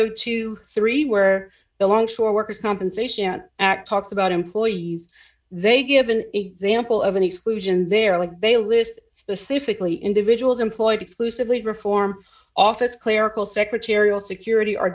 twenty three where the longshore workers compensation act talks about employees they give an example of an exclusion there like they list specifically individuals employed exclusively reform office clerical secretarial security o